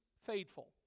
faithful